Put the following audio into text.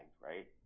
right